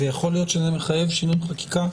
ויכול להיות שזה מחייב שינויי חקיקה.